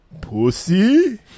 Pussy